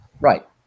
Right